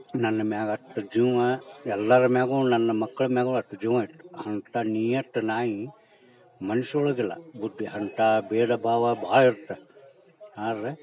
ನನ್ನ ಮ್ಯಾಗ ಅಷ್ಟು ಜೀವ ಎಲ್ಲರ ಮ್ಯಾಗೂ ನನ್ನ ಮಕ್ಕಳ ಮ್ಯಾಗೂ ಅಟ್ ಜೀವ ಇತ್ತು ಅಂಥ ನೀಯತ್ತು ನಾಯಿ ಮನುಷ್ಯರೊಳಗೆ ಇಲ್ಲ ಬುದ್ಧಿ ಅಂಥ ಭೇದ ಭಾವ ಭಾಳ ಇರುತ್ತೆ ಆದರೆ